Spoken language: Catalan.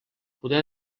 poder